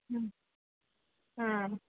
ह् हा